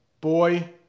boy